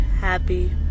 happy